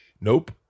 Nope